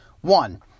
One